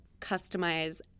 customize